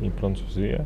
į prancūziją